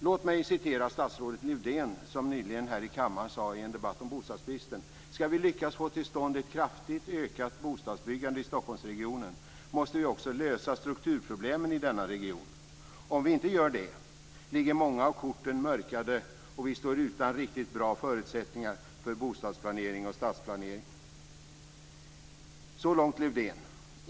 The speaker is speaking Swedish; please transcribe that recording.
Låt mig citera statsrådet Lövdén, som nyligen här i kammaren sade i en debatt om bostadsbristen: "Skall vi lyckas få till stånd ett kraftigt ökat bostadsbyggande i Stockholmsregionen måste vi också lösa strukturproblemen i denna region. Om vi inte gör det ligger många av korten mörkade och vi står utan riktigt bra förutsättningar för bostadsplanering och stadsplanering." Det var så långt Lövdén.